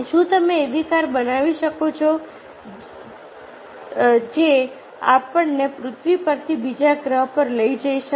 શું તમે એવી કાર બનાવી શકો છો જે આપણને પૃથ્વી પરથી બીજા ગ્રહ પર લઈ જઈ શકે